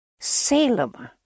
Salem